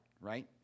right